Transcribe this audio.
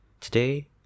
Today